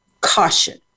caution